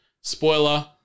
spoiler